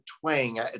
twang